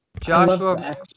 Joshua